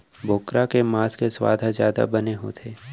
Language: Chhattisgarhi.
बोकरा के मांस के सुवाद ह जादा बने होथे